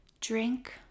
Drink